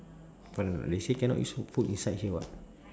but they say cannot use phone inside here [what]